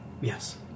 Yes